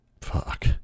Fuck